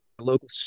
local